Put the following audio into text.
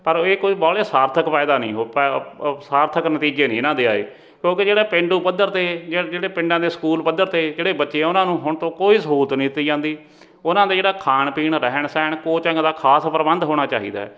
ਪਰ ਇਹ ਕੋਈ ਵਾਹਲੇ ਸਾਰਥਕ ਫਾਇਦਾ ਨਹੀਂ ਹੋ ਪਾ ਸਾਰਥਕ ਨਤੀਜੇ ਨਹੀਂ ਇਹਨਾਂ ਦੇ ਆਏ ਕਿਉਂਕਿ ਜਿਹੜਾ ਪੇਂਡੂ ਪੱਧਰ 'ਤੇ ਜਿ ਜਿਹੜੇ ਪਿੰਡਾਂ ਦੇ ਸਕੂਲ ਪੱਧਰ 'ਤੇ ਜਿਹੜੇ ਬੱਚੇ ਆ ਉਹਨਾਂ ਨੂੰ ਹੁਣ ਤੋਂ ਕੋਈ ਸਹੂਲਤ ਨਹੀਂ ਦਿੱਤੀ ਜਾਂਦੀ ਉਹਨਾਂ ਦੇ ਜਿਹੜਾ ਖਾਣ ਪੀਣ ਰਹਿਣ ਸਹਿਣ ਕੋਚਿੰਗ ਦਾ ਖਾਸ ਪ੍ਰਬੰਧ ਹੋਣਾ ਚਾਹੀਦਾ